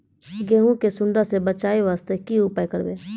गहूम के सुंडा से बचाई वास्ते की उपाय करबै?